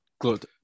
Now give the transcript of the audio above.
Good